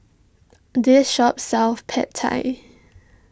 this shop sells Pad Thai